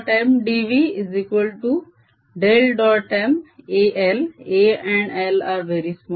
Mal a and l are very smallM